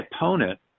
opponent